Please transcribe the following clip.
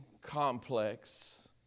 complex